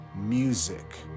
music